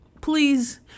Please